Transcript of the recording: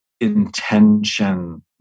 intention